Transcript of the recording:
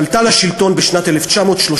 שעלתה לשלטון בשנת 1933,